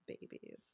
babies